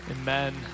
Amen